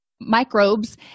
microbes